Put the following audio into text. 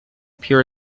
pure